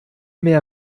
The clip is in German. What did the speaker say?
mehr